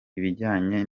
ibijyanye